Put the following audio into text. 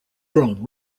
grown